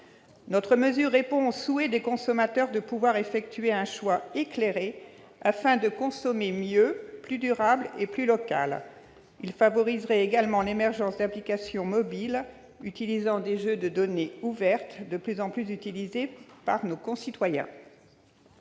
telle mesure répond au souhait des consommateurs de pouvoir effectuer un choix éclairé, afin de consommer mieux, plus durable et plus local. Elle favoriserait également l'émergence d'applications mobiles utilisant des jeux de données ouvertes, de plus en plus utilisées par nos concitoyens.